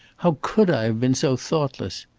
how could i have been so thoughtless!